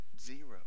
Zero